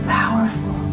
powerful